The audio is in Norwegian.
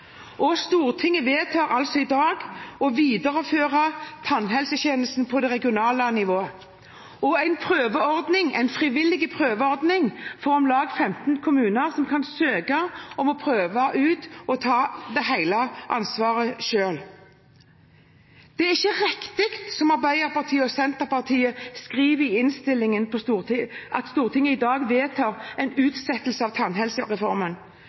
tannhelsetjenester. Stortinget vedtar altså i dag å videreføre tannhelsetjenesten på det regionale nivå og en prøveordning – en frivillig prøveordning – for om lag 15 kommuner, som kan søke om å prøve ut å ta hele ansvaret selv. Det er ikke riktig, som Arbeiderpartiet og Senterpartiet skriver i innstillingen, at Stortinget i dag vedtar en utsettelse av tannhelsereformen.